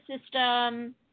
system